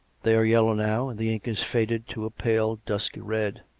they are yellow now, and the ink is faded to a pale dusky red